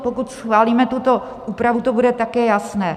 Pokud schválíme tuto úpravu, to bude také jasné.